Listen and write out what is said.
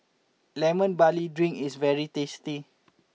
Lemon Barley Drink is very tasty